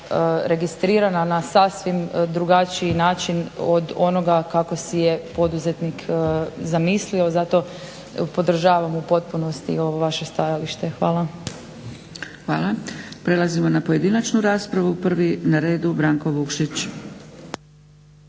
registrirana na sasvim drugačiji način od onoga kako si je poduzetnik zamislio. Zato podržavam u potpunosti ovo vaše stajalište. Hvala. **Zgrebec, Dragica (SDP)** Hvala. Prelazimo na pojedinačnu raspravu. Prvi na redu Branko Vukšić.